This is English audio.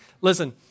Listen